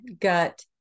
gut